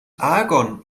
argon